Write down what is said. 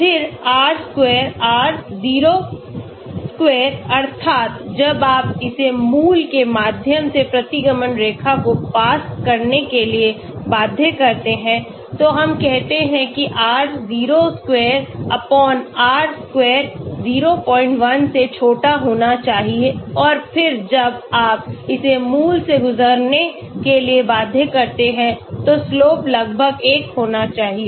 फिर r square r0 square अर्थात जब आप इसे मूल के माध्यम से प्रतिगमन रेखा को पास करने के लिए बाध्य करते हैं तो हम कहते हैं कि r0 square r square 01 होना चाहिए और फिर जब आप इसे मूल से गुजरने के लिए बाध्य करते हैं तो slope लगभग 1 होना चाहिए